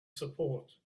support